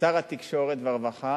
שר התקשורת והרווחה,